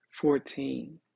Fourteen